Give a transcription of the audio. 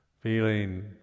feeling